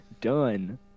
Done